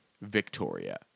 Victoria